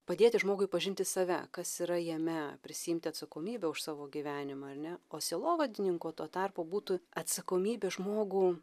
padėti žmogui pažinti save kas yra jame prisiimti atsakomybę už savo gyvenimą ar ne o sielovadininko tuo tarpu būtų atsakomybė žmogų